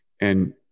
and-